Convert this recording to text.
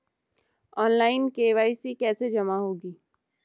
Online KYC कैसे जमा होगी?